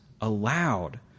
allowed